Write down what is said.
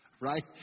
Right